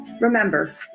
remember